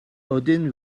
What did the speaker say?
ydyn